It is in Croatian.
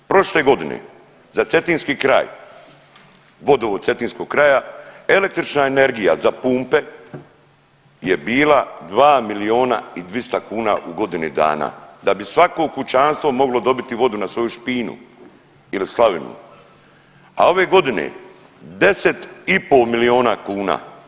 Prošle godine za Cetinski kraj, vodovod cetinskog kraja električna energija za pumpe je bila 2 milijuna i 200 kuna u godini dana, da bi svako kućanstvo moglo dobiti vodu na svoju špinu ili slavinu, a ove godine deset i pol milijuna kuna.